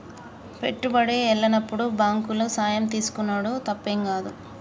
పెట్టుబడి ఎల్లనప్పుడు బాంకుల సాయం తీసుకునుడు తప్పేం గాదు